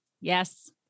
yes